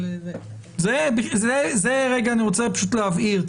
זה אני רוצה להבהיר,